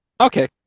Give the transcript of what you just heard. Okay